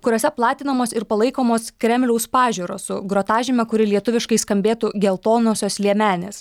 kuriose platinamos ir palaikomos kremliaus pažiūros su grotažyme kuri lietuviškai skambėtų geltonosios liemenės